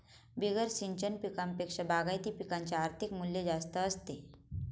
बिगर सिंचन पिकांपेक्षा बागायती पिकांचे आर्थिक मूल्य जास्त असते